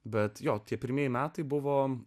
bet jo tie pirmieji metai buvo